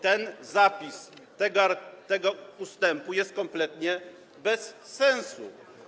Ten zapis tego ustępu jest kompletnie bez sensu.